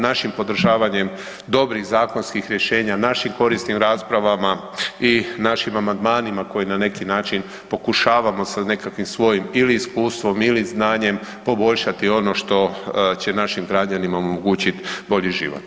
Našim podržavanjem dobrih zakonskih rješenja, našim korisnim raspravama i našim amandmanima koje na neki način pokušavamo sa nekakvim svojim ili iskustvom ili znanjem poboljšati ono što će našim građanima omogućiti bolji život.